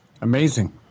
Amazing